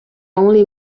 only